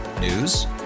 News